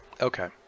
Okay